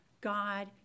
God